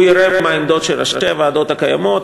הוא יראה מה העמדות של ראשי הוועדות הקיימות,